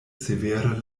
severe